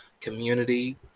community